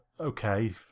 okay